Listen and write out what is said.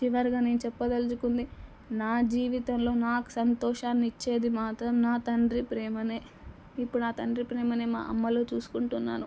చివరిగా నేను చెప్పదలుచుకుంది నా జీవితంలో నాకు సంతోషాన్ని ఇచ్చేది మాత్రం నా తండ్రి ప్రేమనే ఇప్పుడు ఆ తండ్రి ప్రేమని నేను మా అమ్మలో చూసుకుంటున్నాను